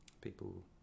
people